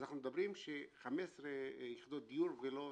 אז אנחנו מדברים על 15 יחידות דיור ולא 26,